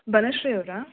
ಬನಶ್ರೀ ಅವರಾ